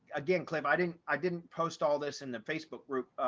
again, clip i didn't i didn't post all this in the facebook group,